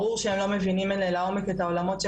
ברור שהם לא מבינים לעומק את העולמות של